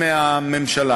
הנושא